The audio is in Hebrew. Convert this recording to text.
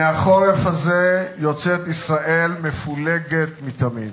מהחורף הזה יוצאת ישראל מפולגת מתמיד.